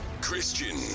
christian